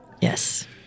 Yes